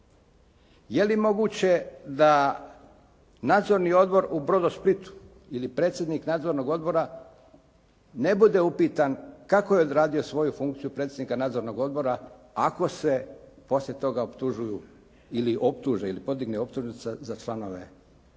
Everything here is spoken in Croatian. Je li moguće da Nadzorni odbor u "Brodosplitu" ili predsjednik nadzornog odbora ne bude upitan kako je odradio svoju funkciju predsjednika nadzornog odbora ako se poslije toga optužuju ili optuže ili podigne optužnica za članove